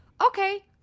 okay